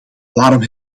waarom